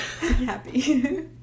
Happy